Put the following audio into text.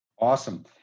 Awesome